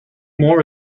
more